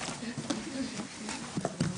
בבקשה.